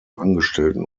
angestellten